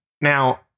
Now